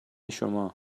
شما